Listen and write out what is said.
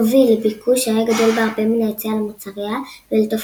הוביל לביקוש שהיה גדול בהרבה מן ההיצע למוצריה ולתופעות